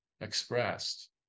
expressed